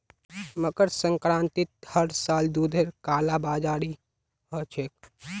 मकर संक्रांतित हर साल दूधेर कालाबाजारी ह छेक